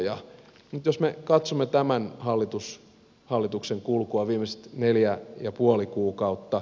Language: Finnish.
nyt jos me katsomme tämän hallituksen kulkua viimeiset neljä ja puoli kuukautta